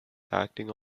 acting